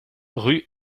rue